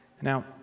Now